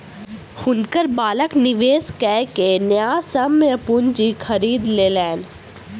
हुनकर बालक निवेश कय के न्यायसम्य पूंजी खरीद लेलैन